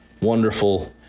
wonderful